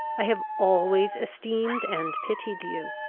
i have always esteemed and pitied you.